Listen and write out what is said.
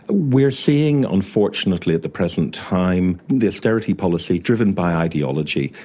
we're seeing unfortunately at the present time the austerity policy driven by ideology.